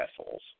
assholes